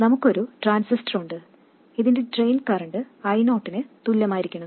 നമുക്ക് ഒരു ട്രാൻസിസ്റ്റർ ഉണ്ട് ഇതിന്റെ ഡ്രെയിൻ കറന്റ് I0 നു തുല്യമായിരിക്കണം